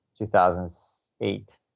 2008